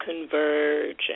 converge